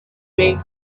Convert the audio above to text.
made